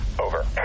Over